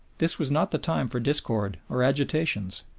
this was not the time for discord or agitations,